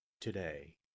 today